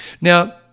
now